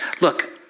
Look